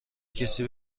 کسی